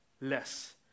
less